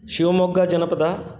शिवमोग्गजनपदः